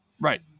Right